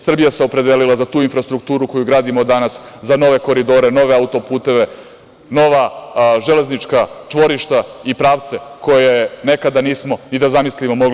Srbija se opredelila za tu infrastrukturu koju gradimo danas, za nove koridore, za nove autoputeve, nova železnička čvorišta i pravce koje nekada nismo ni da zamislimo mogli.